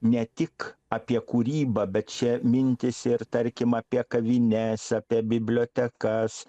ne tik apie kūrybą bet čia mintys ir tarkim apie kavines apie bibliotekas